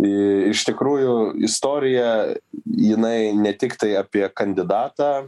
i iš tikrųjų istorija jinai ne tiktai apie kandidatą